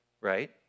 right